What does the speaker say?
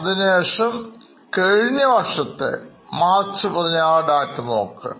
അതിനുശേഷം കഴിഞ്ഞ വർഷത്തെ മാർച്ച് 16 data നോക്കുക